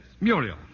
Muriel